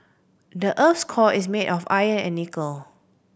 the earth's core is made of iron and nickel